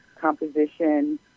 composition